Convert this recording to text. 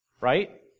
right